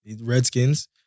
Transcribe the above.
Redskins